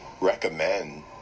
recommend